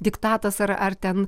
diktatas ar ar ten